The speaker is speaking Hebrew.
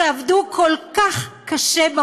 שעבדו כל כך קשה,